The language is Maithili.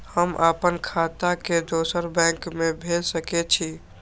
हम आपन खाता के दोसर बैंक में भेज सके छी?